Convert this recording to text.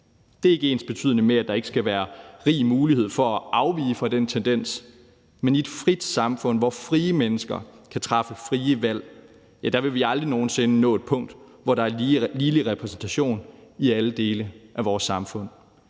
Det er ikke ensbetydende med, at der ikke skal være rig mulighed for at afvige fra den tendens, men i et frit samfund, hvor frie mennesker kan træffe frie valg, vil vi aldrig nogen sinde nå et punkt, hvor der er ligelig repræsentation i alle dele af vores samfund